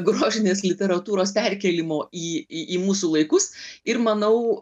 grožinės literatūros perkėlimo į mūsų laikus ir manau